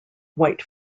white